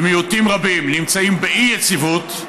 ומיעוטים רבים נמצאים באי-יציבות,